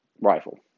rifle